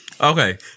Okay